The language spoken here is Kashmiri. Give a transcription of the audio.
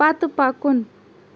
پتہٕ پکُن